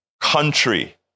country